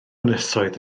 ynysoedd